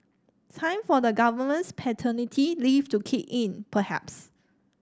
time for the government's paternity leave to kick in perhaps